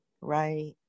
Right